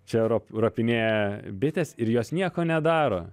čia rop ropinėja bitės ir jos nieko nedaro